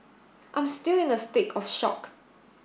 I'm still in a state of shock